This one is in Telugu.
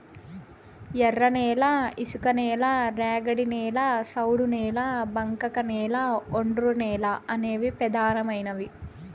ఎర్రనేల, ఇసుకనేల, ర్యాగిడి నేల, సౌడు నేల, బంకకనేల, ఒండ్రునేల అనేవి పెదానమైనవి